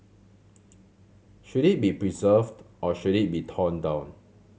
should it be preserved or should it be torn down